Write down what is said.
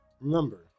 remember